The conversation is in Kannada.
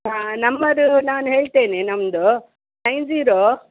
ಹಾಂ ನಮ್ಮದು ನಾನು ಹೇಳ್ತೇನೆ ನಮ್ದು ನೈನ್ ಜಿರೋ